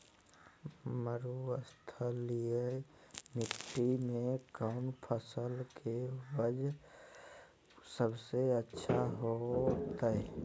मरुस्थलीय मिट्टी मैं कौन फसल के उपज सबसे अच्छा होतय?